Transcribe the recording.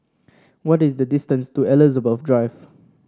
what is the distance to Elizabeth Drive